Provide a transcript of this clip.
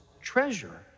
treasure